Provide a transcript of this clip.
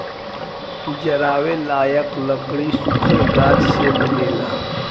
जरावे लायक लकड़ी सुखल गाछ से मिलेला